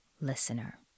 listener